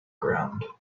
ground